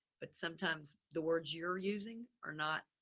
but sometimes the words you're using are not,